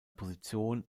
position